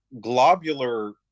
globular